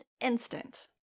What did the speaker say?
instant